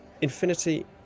Infinity